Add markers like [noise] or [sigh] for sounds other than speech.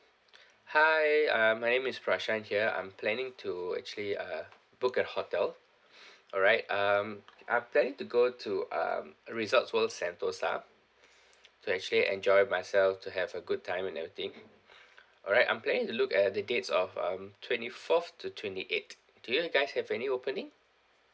[breath] hi uh my name is prashan here I'm planning to actually uh book a hotel [noise] alright um I'm planning to go to uh resorts world sentosa [breath] to actually enjoy with myself to have a good time and everything [breath] alright I'm planning to look at the dates of um twenty fourth to twenty eight do you guys have any opening